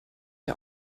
der